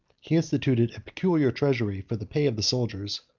he instituted a peculiar treasury for the pay of the soldiers,